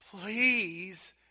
please